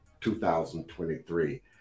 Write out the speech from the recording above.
2023